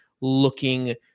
looking